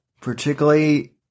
particularly